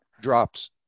drops